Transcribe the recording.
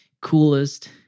coolest